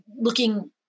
looking